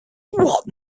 what